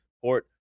port